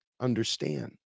understand